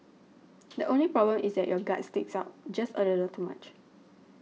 the only problem is that your gut sticks out just a little too much